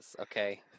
Okay